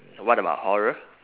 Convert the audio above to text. what about horror